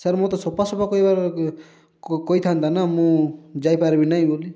sir ମୋତେ ସଫାସଫା କହିବାର କ କହିଥାନ୍ତା ନା ମୁଁ ଯାଇପାରିବି ନାଇଁ ବୋଲି